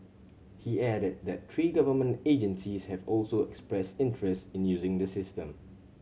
he added that three government agencies have also expressed interest in using the system